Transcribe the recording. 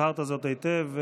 הבהרת זאת היטב.